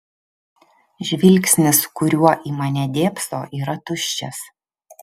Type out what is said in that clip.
žvilgsnis kuriuo į mane dėbso yra tuščias